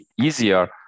easier